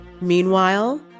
Meanwhile